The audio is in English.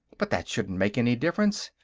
but that shouldn't make any difference.